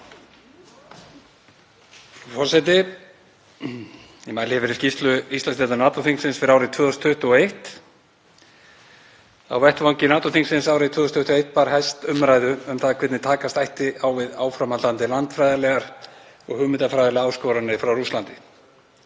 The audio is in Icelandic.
forseti. Ég mæli hér fyrir skýrslu Íslandsdeildar NATO-þingsins fyrir árið 2021. Á vettvangi NATO-þingsins árið 2021 bar hæst umræðu um það hvernig takast ætti á við áframhaldandi landfræðilegar og hugmyndafræðilegar áskoranir frá Rússlandi.